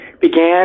began